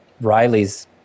Riley's